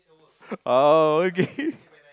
oh okay